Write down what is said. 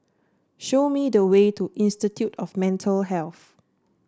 show me the way to Institute of Mental Health